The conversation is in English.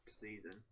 season